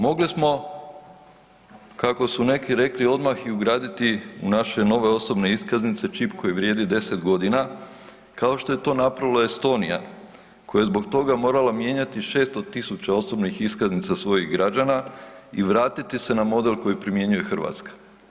Mogli smo, kako su neki rekli, odmah i ugraditi u naše nove osobne iskaznice čip koji vrijedi 10.g., kao što je to napravila Estonija koja je zbog toga morala mijenjati 600.000 osobnih iskaznica svojih građana i vratiti se na model koji primjenjuje Hrvatska.